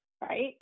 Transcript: right